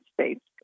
States